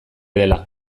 dela